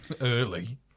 early